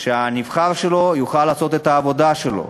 שהנבחר שלו יוכל לעשות את העבודה שלו,